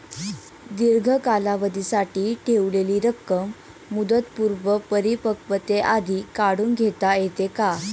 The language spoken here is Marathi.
दीर्घ कालावधीसाठी ठेवलेली रक्कम मुदतपूर्व परिपक्वतेआधी काढून घेता येते का?